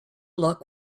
luck